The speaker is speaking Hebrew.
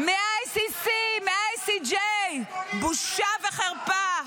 מה-ICC, מה-ICJ, בושה וחרפה.